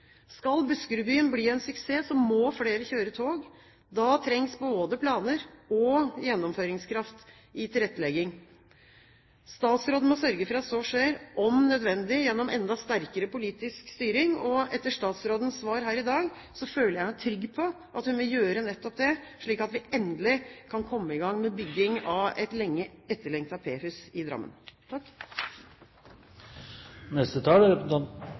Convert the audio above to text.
Skal Buskerudbyen bli en suksess, må flere kjøre tog. Da trengs både planer og gjennomføringskraft i tilrettelegging. Statsråden må sørge for at så skjer, om nødvendig gjennom enda sterkere politisk styring. Etter statsrådens svar her i dag føler jeg meg trygg på at hun vil gjøre nettopp det, slik at vi endelig kan komme i gang med bygging av et lenge etterlengtet P-hus i Drammen. Det er veldig bra at representanten